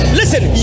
listen